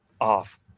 off